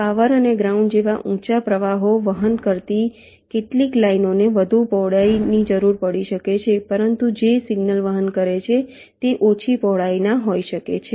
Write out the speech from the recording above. power અને ground જેવા ઊંચા પ્રવાહો વહન કરતી કેટલીક લાઈનોને વધુ પહોળાઈની જરૂર પડી શકે છે પરંતુ જે સિગ્નલ વહન કરે છે તે ઓછી પહોળાઈના હોઈ શકે છે